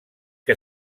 que